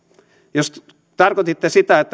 jos tarkoititte sitä